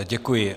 Děkuji.